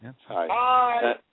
Hi